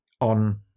on